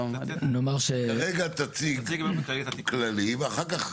כרגע תציג כללית ואחר כך,